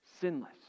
sinless